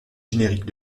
génériques